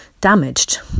damaged